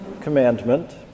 commandment